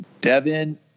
Devin